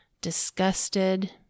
disgusted